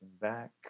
back